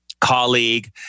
Colleague